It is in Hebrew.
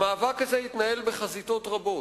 המאבק הזה התנהל בחזיתות רבות,